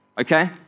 okay